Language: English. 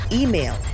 email